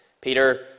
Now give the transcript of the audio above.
Peter